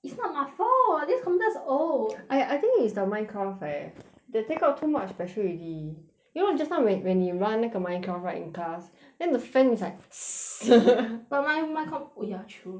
it's not my fault this computer is old I I think is the Minecraft right that take up too much battery already you know just now when when 你 run 那个 Minecraft right in class then the fan is like but my my comp oh ya true